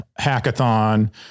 hackathon